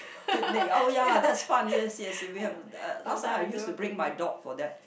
picnic oh ya that's fun yes yes if we have uh last time I used to bring my dog for that